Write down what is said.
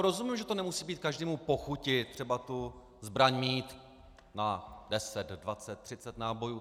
Rozumím tomu, že nemusí být každému po chuti třeba tu zbraň mít na 10, 20, 30 nábojů.